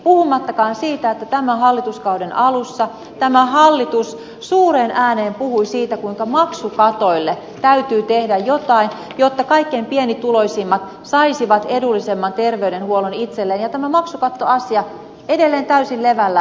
puhumattakaan siitä että tämän hallituskauden alussa tämä hallitus suureen ääneen puhui siitä kuinka maksukatoille täytyy tehdä jotain jotta kaikkein pienituloisimmat saisivat edullisemman terveydenhuollon itselleen ja tämä maksukattoasia on edelleen täysin levällään